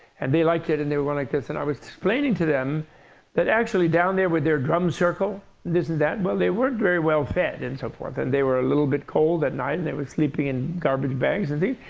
and they liked it. and they were going like this. and i was explaining to them that actually down there with their drum circle and this and that well, they weren't very well-fed and so forth. and they were a little bit cold at night and they were sleeping in garbage bags and things.